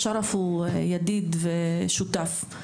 שרף הוא ידיד ושותף.